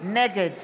נגד